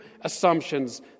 assumptions